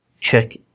check